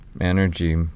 energy